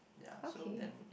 okay